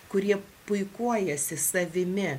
kurie puikuojasi savimi